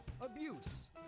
abuse